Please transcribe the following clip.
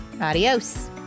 Adios